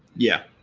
yeah.